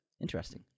Interesting